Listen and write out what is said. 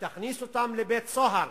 תכניס אותם לבית-הסוהר,